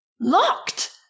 Locked